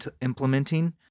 implementing